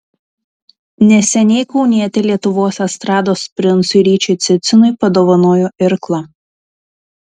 neseniai kaunietė lietuvos estrados princui ryčiui cicinui padovanojo irklą